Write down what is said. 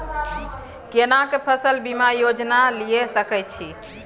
केना के फसल बीमा योजना लीए सके छी?